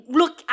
look